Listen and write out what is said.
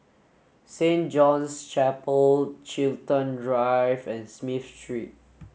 Saint John's Chapel Chiltern Drive and Smith Street